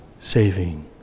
saving